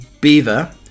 beaver